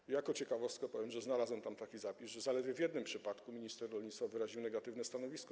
I jako ciekawostkę powiem, że znalazłem tam taki zapis, że zaledwie w jednym przypadku minister rolnictwa wyraził negatywne stanowisko.